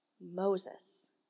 Moses